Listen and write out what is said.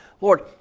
lord